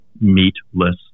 meatless